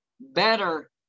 better